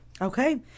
Okay